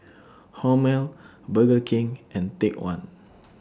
Hormel Burger King and Take one